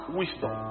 wisdom